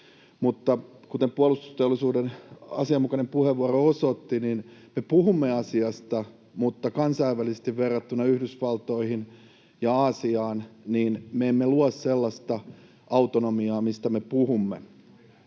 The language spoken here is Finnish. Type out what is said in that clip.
kuten puolustusteollisuuden asianmukainen puheenvuoro osoitti, niin me puhumme asiasta, mutta kansainvälisesti verrattuna Yhdysvaltoihin ja Aasiaan me emme luo sellaista autono-miaa, mistä me puhumme.